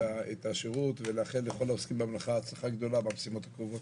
השירות ולאחל לכל העוסקים במלאכה הצלחה גדולה במשימות הקרובות.